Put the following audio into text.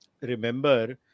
remember